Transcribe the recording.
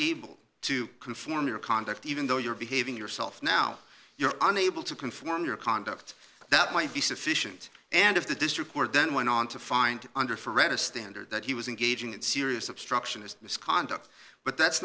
able to conform your conduct even though you're behaving yourself now you're unable to conform your conduct that might be sufficient and if the district court then went on to find under forever standard that he was engaging in serious obstruction is misconduct but that's